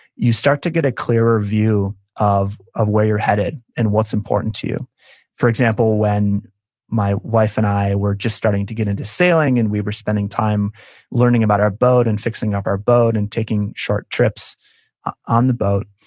you start to get a clearer view of of where you're headed and what's important to you for example, when my wife and i were just starting to get into sailing, and we were spending time learning about our boat, and fixing up our boat, and taking short trips on the boat,